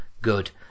good